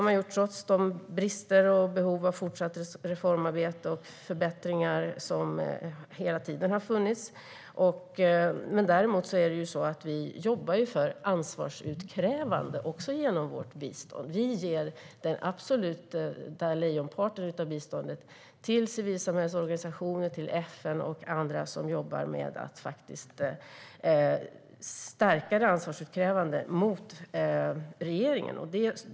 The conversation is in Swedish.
Man gjorde det trots bristerna och trots de behov av fortsatt reformarbete och förbättringar som hela tiden har funnits. Däremot är det ju så att vi jobbar för ansvarsutkrävande också genom vårt bistånd. Den absoluta lejonparten av biståndet ger vi till civilsamhällesorganisationer, FN och andra som faktiskt jobbar med att stärka ansvarsutkrävandet gentemot regeringen.